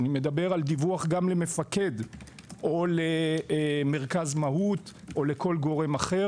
אני מדבר גם על דיווח למפקד או למרכז מהו"ת או לכל גורם אחר.